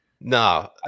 no